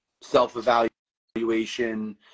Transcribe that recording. self-evaluation